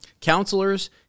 counselors